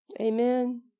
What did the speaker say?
Amen